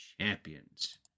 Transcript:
champions